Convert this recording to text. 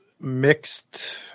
mixed